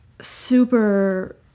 super